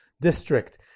district